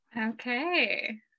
Okay